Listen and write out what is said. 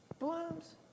Blooms